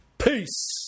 Peace